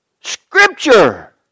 Scripture